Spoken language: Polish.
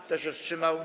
Kto się wstrzymał?